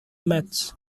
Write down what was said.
metz